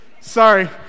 Sorry